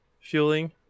fueling